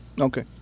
Okay